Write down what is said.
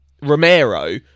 Romero